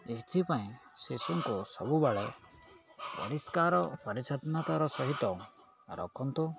ଏଥିପାଇଁ ଶିଷୁଙ୍କୁ ସବୁବେଳେ ପରିଷ୍କାର ପରିଚ୍ଛନତାର ସହିତ ରଖନ୍ତୁ